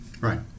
Right